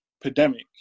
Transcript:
pandemic